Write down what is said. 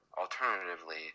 alternatively